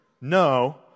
No